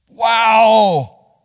wow